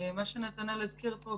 מה שנתנאל הזכיר פה,